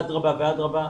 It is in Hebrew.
אדרבא ואדרבא,